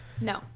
No